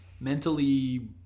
mentally